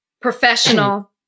professional